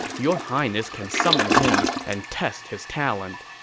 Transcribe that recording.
your highness can summon him and test his talent.